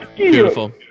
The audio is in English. Beautiful